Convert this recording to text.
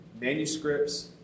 Manuscripts